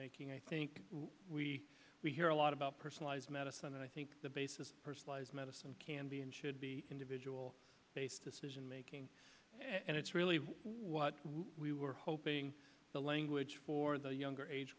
making i think we hear a lot about personalized medicine and i think the basis of medicine can be and should be individual decision making and it's really what we were hoping the language for the younger age